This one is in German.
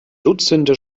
dutzende